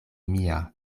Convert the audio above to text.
mia